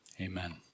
Amen